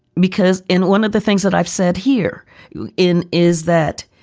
because in one of the things that i've said here in is that.